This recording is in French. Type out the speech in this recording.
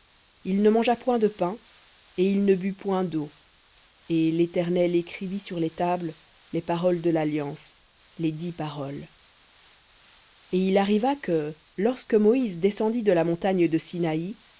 il ne mangea point de pain et il ne but point d'eau et écrivit sur les tables les paroles de l'alliance les dix paroles v et il arriva que lorsque moïse descendit de la montagne de